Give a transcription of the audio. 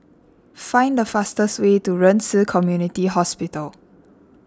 find the fastest way to Ren Ci Community Hospital